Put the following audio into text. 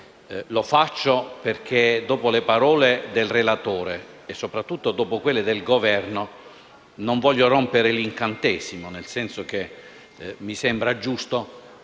Lo faccio perché, dopo le parole del relatore e soprattutto dopo quelle del Governo, non voglio rompere l'incantesimo, nel senso che mi sembra giusto,